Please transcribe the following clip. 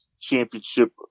championship